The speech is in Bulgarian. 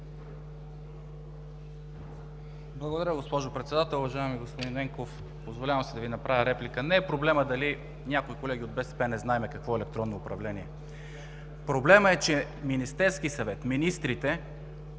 Благодаря, госпожо Председател. Уважаеми господин Ненков, позволявам си да Ви направя реплика. Не е проблемът дали някои колеги от БСП не знаем какво е електронно управление. Проблемът е, че Министерският съвет, министрите,